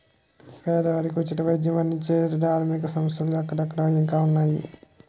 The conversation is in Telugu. పేదవారికి ఉచిత వైద్యం అందించే ధార్మిక సంస్థలు అక్కడక్కడ ఇంకా ఉన్నాయి